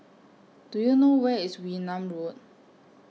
Do YOU know Where IS Wee Nam Road